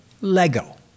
Lego